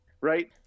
Right